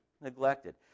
neglected